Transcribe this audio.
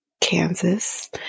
Kansas